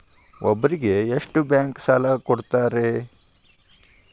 ಒಬ್ಬರಿಗೆ ಎಷ್ಟು ಬ್ಯಾಂಕ್ ಸಾಲ ಕೊಡ್ತಾರೆ?